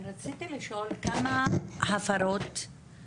רציתי לשאול על כמה הפרות יש לכם נתונים?